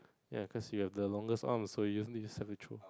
ya cause you have the longest arm so you just need somebody to throw up